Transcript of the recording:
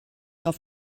auf